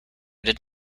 did